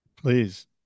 please